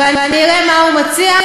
ואני אראה מה הוא מציע.